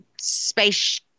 space